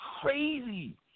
crazy